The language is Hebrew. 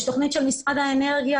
יש תוכנית של משרד התחבורה